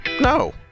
no